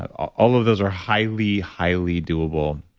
ah all of those are highly highly doable.